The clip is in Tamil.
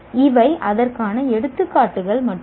இவை அதற்கான எடுத்துக்காட்டுகள் மட்டுமே